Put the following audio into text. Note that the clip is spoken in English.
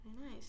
Nice